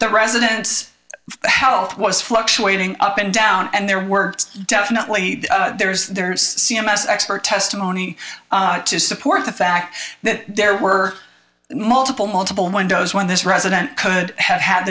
the residence health was fluctuating up and down and there were definitely there's there's c m s expert testimony to support the fact that there were multiple multiple windows when this president could have had